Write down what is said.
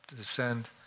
descend